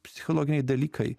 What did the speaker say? psichologiniai dalykai